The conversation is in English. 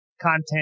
content